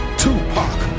tupac